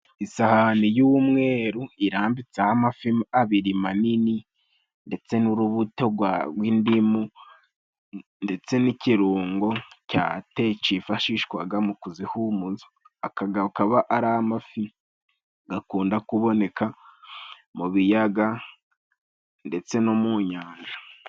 Isahani y'umweru irambitseho amafi abiri manini, ndetse n'urubuto rw'indimu ndetse n'ikirungo ca te(thé) cifashishwaga mu kuzihumuza. Aga akaba ari amafi gakunda kuboneka mu biyaga, ndetse no mu nyanja.